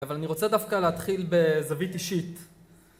אבל אני רוצה דווקא להתחיל בזווית אישית